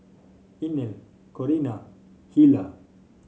Inell Corrina Hilah